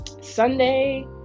Sunday